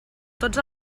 tots